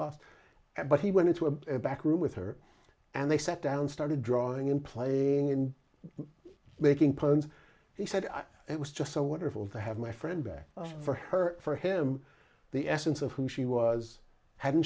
loss but he went into a back room with her and they sat down started drawing and playing and making puns he said it was just so wonderful to have my friend back for her for him the essence of who she was hadn't